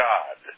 God